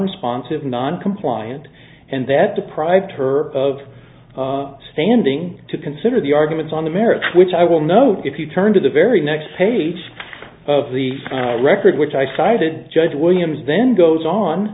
responsive non compliant and that deprived her of standing to consider the arguments on the merits which i will note if you turn to the very next page of the record which i cited judge williams then goes on